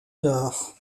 nord